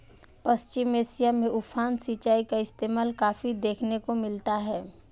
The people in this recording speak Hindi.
पश्चिम एशिया में उफान सिंचाई का इस्तेमाल काफी देखने को मिलता है